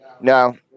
No